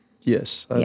Yes